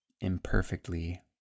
imperfectly